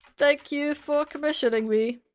thank you for commissioning me.